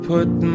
put